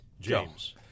James